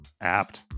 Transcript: Apt